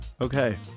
Okay